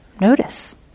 notice